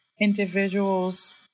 individuals